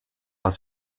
als